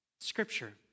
Scripture